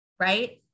right